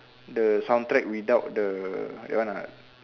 the sound track without the that one ah